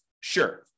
Sure